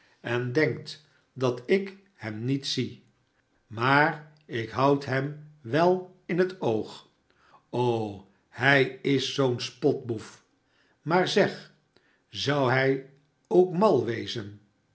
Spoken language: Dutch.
en denkt dat ik hem niet zie maar ik houd hem wel in het oog o hij is zoo'n spotboef maar zeg zou hij k mal wezen